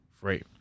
free